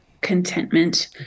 contentment